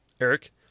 Eric